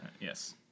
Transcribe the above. Yes